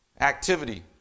activity